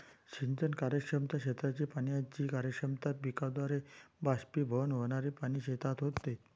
सिंचन कार्यक्षमता, क्षेत्राची पाण्याची कार्यक्षमता, पिकाद्वारे बाष्पीभवन होणारे पाणी शेतात होते